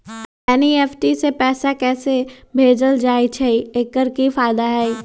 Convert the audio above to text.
NEFT से पैसा कैसे भेजल जाइछइ? एकर की फायदा हई?